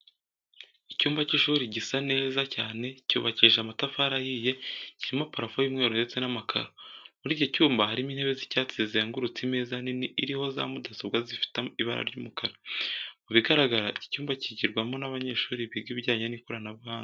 Icyumba cy'ishuri gisa neza cyane cyubakishije amatafari ahiye, kirimo parafo y'umweru ndetse n'amakaro. Muri iki cyumba harimo intebe z'icyatsi zizengurutse imeza nini iriho za mudasobwa zifite ibara ry'umukara. Mu bigaragara iki cyumba cyigirwamo n'abanyeshuri biga ibijyanye n'ikoranabuhanga.